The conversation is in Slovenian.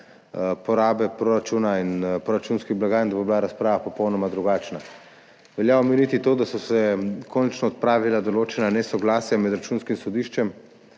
porabe proračuna in proračunskih blagajn popolnoma drugačna. Velja omeniti to, da so se končno odpravila določena nesoglasja med Računskim sodiščem